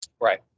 Right